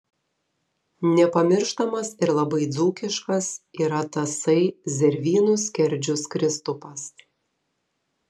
nepamirštamas ir labai dzūkiškas yra tasai zervynų skerdžius kristupas